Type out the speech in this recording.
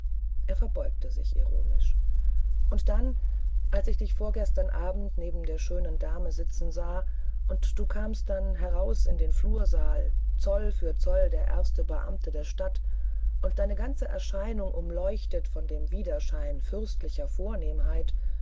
er verbeugte sich ironisch und dann als ich dich vorgestern abend neben der schönen dame sitzen sah und du kamst dann heraus in den flursaal zoll für zoll der erste beamte der stadt und deine ganze erscheinung umleuchtet von dem widerschein fürstlicher vornehmheit